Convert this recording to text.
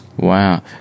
Wow